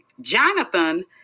Jonathan